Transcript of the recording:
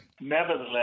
nevertheless